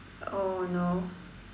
oh no